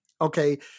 okay